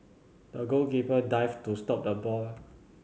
the goalkeeper dived to stop the ball